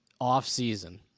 off-season